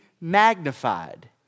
magnified